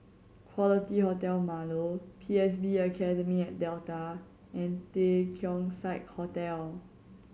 Quality Hotel Marlow P S B Academy at Delta and The Keong Saik Hotel